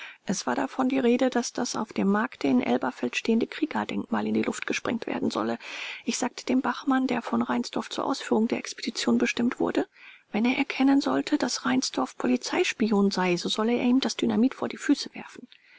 es war davon die rede daß das auf dem markte in elberfeld stehende kriegerdenkmal in die luft gesprengt werden solle ich sagte dem bachmann der von reinsdorf zur ausführung der expedition bestimmt wurde wenn er erkennen sollte daß reinsdorf polizeispion sei so solle er ihm das dynamit vor die füße werfen